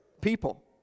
people